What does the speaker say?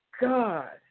god